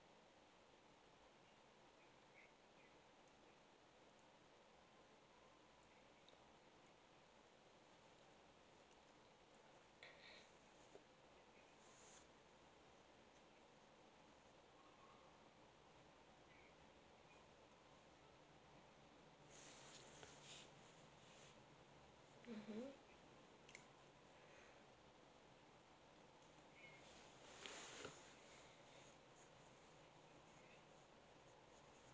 mmhmm